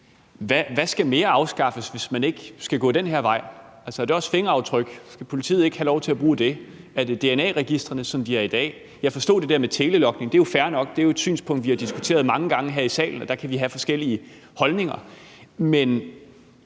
mere skal afskaffes, hvis man ikke skal gå den her vej. Er det også fingeraftryk? Skal politiet ikke have lov til at bruge det? Er det dna-registrene, som de er i dag? Jeg forstod det der med telelogning; det er fair nok. Det er jo et synspunkt, vi har diskuteret mange gange her i salen, og der kan vi have forskellige holdninger. Men